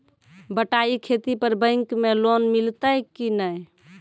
बटाई खेती पर बैंक मे लोन मिलतै कि नैय?